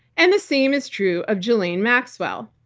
and the same is true of ghislaine maxwell.